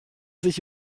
sich